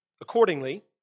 Accordingly